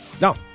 No